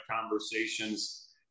conversations